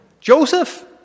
Joseph